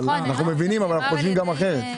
אנחנו מבינים אבל אנחנו חושבים גם אחרת.